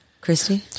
Christy